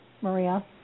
Maria